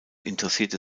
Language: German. interessierte